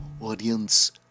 Audience